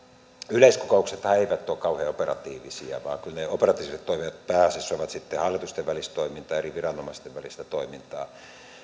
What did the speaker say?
yleiskokouksethan eivät ole kauhean operatiivisia vaan kyllä ne operatiiviset toimet ovat sitten pääasiassa hallitusten välistä toimintaa eri viranomaisten välistä toimintaa